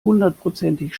hundertprozentig